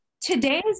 today's